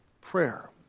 prayer